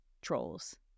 trolls